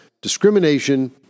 discrimination